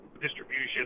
distribution